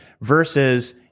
versus